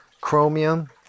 chromium